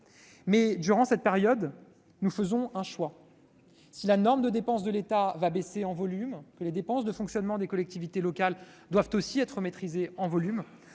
durant cette période, nous faisons le choix suivant : si la norme des dépenses de l'État baisse en volume et si les dépenses de fonctionnement des collectivités locales doivent aussi être maîtrisées en volume,